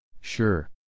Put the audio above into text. Sure